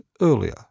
earlier